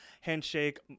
handshake